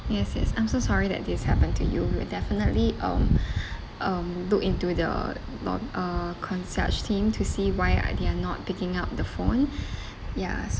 yes yes I'm so sorry that this happen to you we'll definitely um um look into the lob~ uh concierge team to see why uh they are not picking up the phone ya